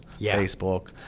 Facebook